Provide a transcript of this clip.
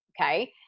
Okay